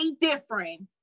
different